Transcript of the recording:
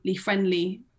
friendly